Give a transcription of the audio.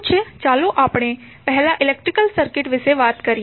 ચાલો આપણે પહેલા ઇલેક્ટ્રિક સર્કિટ વિશે જ વાત કરીએ